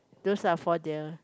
those are for the